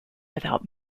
without